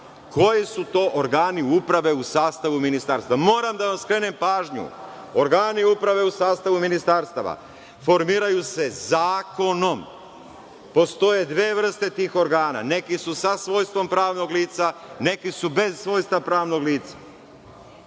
koji su to organi uprave u sastavu ministarstva. Moram da vam skrenem pažnju, organi uprave u sastavu ministarstava formiraju se zakonom. Postoje dve vrste tih organa, neki su sa svojstvom pravnog lica, neki su bez svojstva pravnog lica.